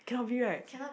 tell me right